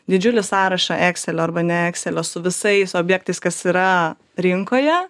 didžiulį sąrašą ekselio arba ne ekselio su visais objektais kas yra rinkoje